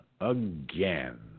again